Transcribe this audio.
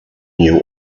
knew